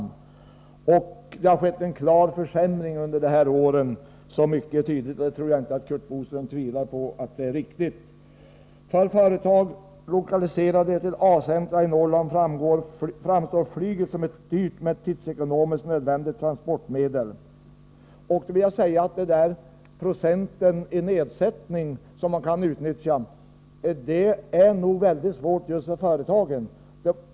Det är tydligt att det har skett en klar försämring under dessa år, och jag tror inte att Curt Boström tvivlar på att det är riktigt. För företag lokaliserade till A-centra i Norrland framstår flyget som ett dyrt men tidsekonomiskt nödvändigt transportmedel. Jag vill också säga att den procentuella nedsättning av priserna som kommunikationsministern nämnde är svår att utnyttja för företagen.